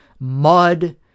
mud